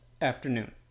afternoon